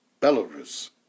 Belarus